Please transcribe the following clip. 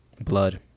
Blood